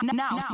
now